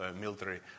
military